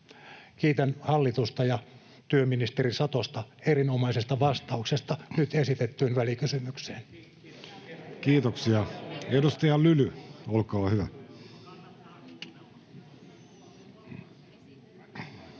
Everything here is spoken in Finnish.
Kiitän hallitusta ja työministeri Satosta erinomaisesta vastauksesta nyt esitettyyn välikysymykseen. [Speech 9] Speaker: Jussi Halla-aho